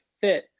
fit